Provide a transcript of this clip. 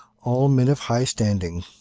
all men of high standing.